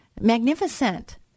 magnificent